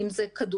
אם זה כדורגל,